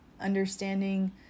understanding